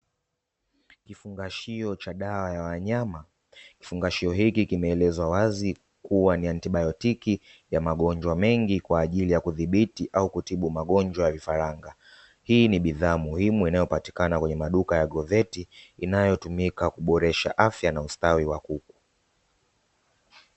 Kifungashio cha dawa ya wanyama, kifungashio hiki kimeelezwa wazi kuwa ni antibiotiki ya magonjwa mengi kwa ajili ya kudhibiti au kutibu magonjwa ya vifaranga. Hii ni bidhaa muhimu inayopatikana kwenye maduka ya goveti inayotumika kuboresha afya na ustawi wa kuku.